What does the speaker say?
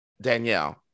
Danielle